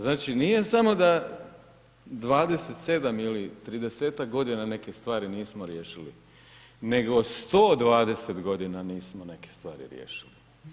Znači nije samo da 27 ili 30-tak godina neke stvari nisu riješili, nego 120 g. nismo neke stvari riješili.